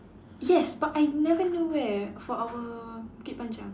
yes but I never know where for our Bukit-Panjang